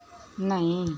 नहीं